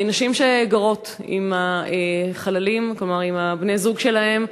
נשים שגרו עם החללים, כלומר עם בני-הזוג שלהן,